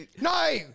no